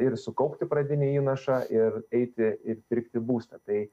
ir sukaupti pradinį įnašą ir eiti ir pirkti būstą tai